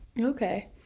Okay